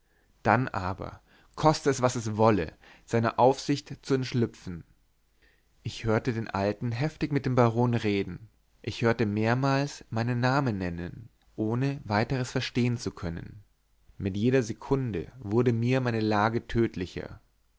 dann aber koste es was es wolle seiner aufsicht zu entschlüpfen ich hörte den alten heftig mit dem baron reden ich hörte mehrmals meinen namen nennen ohne weiteres verstehen zu können mit jeder sekunde wurde mir meine lage tödlicher